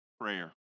prayer